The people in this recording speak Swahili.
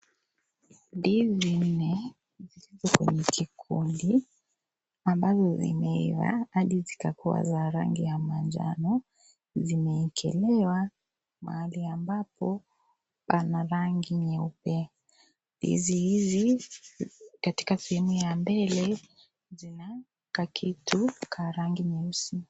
Ndizi nne zilizo kwenye kikundi ambazo zimeiva hadi zikakuwa za rangi ya manjano zimewekelewa mahali ambapo pana rangi nyeupe. Ndizi hizi katika sehemu ya mbele zina kakitu ka rangi nyeusi.